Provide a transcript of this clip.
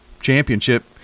championship